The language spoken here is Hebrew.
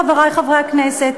חברי חברי הכנסת,